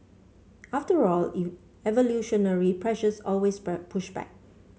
after all evolutionary pressures always push back